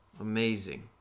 Amazing